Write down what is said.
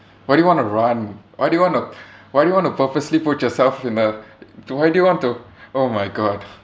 why do you want to run why do you want to why do you want to purposely put yourself in a why do you want to oh my god